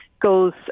goes